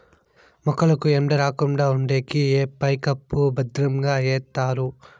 మొక్కలకు ఎండ రాకుండా ఉండేకి పైకప్పు భద్రంగా ఎత్తారు